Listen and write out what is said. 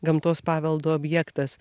gamtos paveldo objektas